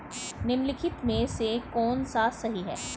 निम्नलिखित में से कौन सा सही है?